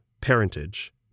parentage